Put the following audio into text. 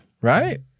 Right